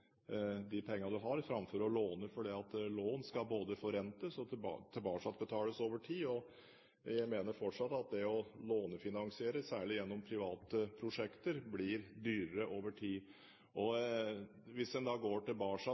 de pengene du har, framfor å låne, for lån skal både forrentes og tilbakebetales over tid. Jeg mener fortsatt at det å lånefinansiere, særlig gjennom private prosjekter, blir dyrere over tid. Hvis en går tilbake